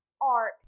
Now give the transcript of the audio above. art